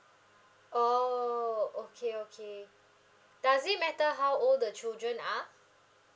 oh okay okay does it matter how old the children are